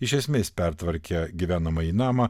iš esmės pertvarkę gyvenamąjį namą